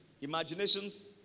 Imaginations